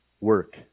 work